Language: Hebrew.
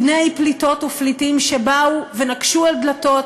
בני פליטות ופליטים שבאו ונקשו על דלתות